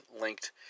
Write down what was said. linked